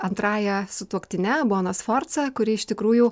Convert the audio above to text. antrąja sutuoktine bona sforca kuri iš tikrųjų